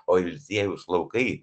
o eliziejaus laukai